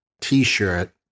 t-shirt